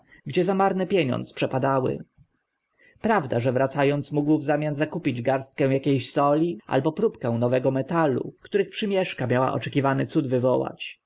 gdzie za marny pieniądz przepadały prawda że wraca ąc mógł w zamian zakupić garstkę akie soli albo próbkę nowego metalu których przymieszka miała oczekiwany cud wywołać